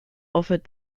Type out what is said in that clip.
offered